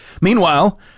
Meanwhile